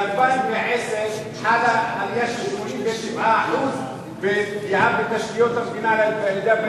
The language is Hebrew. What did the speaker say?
ב-2010 חלה עלייה של 87% בפגיעה בתשתיות המדינה.